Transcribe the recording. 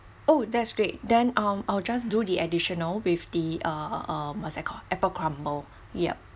oh that's great then um I'll just do the additional with the uh uh what's that called apple crumble yup